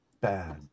bad